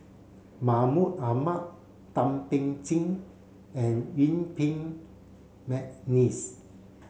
Mahmud Ahmad Thum Ping Tjin and Yuen Peng McNeice